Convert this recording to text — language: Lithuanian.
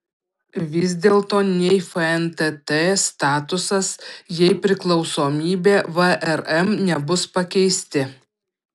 vis dėlto nei fntt statusas jei priklausomybė vrm nebus pakeisti